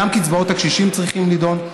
גם קצבאות הקשישים צריכות להידון,